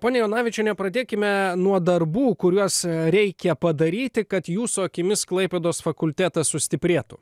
ponia jonavičiene pradėkime nuo darbų kuriuos reikia padaryti kad jūsų akimis klaipėdos fakultetas sustiprėtų